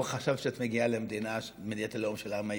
או חשבת שאת מגיעה למדינת הלאום של העם היהודי?